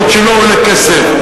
חוק שלא עולה כסף.